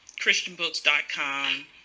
christianbooks.com